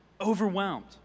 overwhelmed